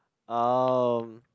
oh